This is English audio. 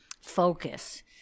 focus